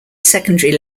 secondary